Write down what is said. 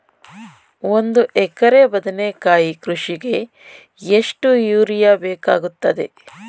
ಒಂದು ಎಕರೆ ಬದನೆಕಾಯಿ ಕೃಷಿಗೆ ಎಷ್ಟು ಯೂರಿಯಾ ಬೇಕಾಗುತ್ತದೆ?